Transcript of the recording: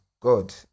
God